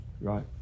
Right